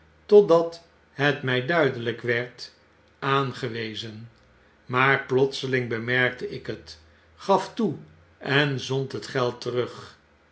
totdat het my duidelyk werd aangewezen maar plotseling bemerkte ik het gaf toe en zond het geld terug